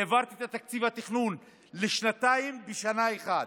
והעברתי את תקציב התכנון לשנתיים בשנה אחת.